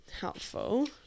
helpful